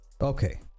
Okay